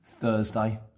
Thursday